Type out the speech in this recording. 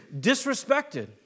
disrespected